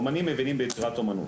אומנים מבינים ביצירת אומנות,